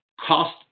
cost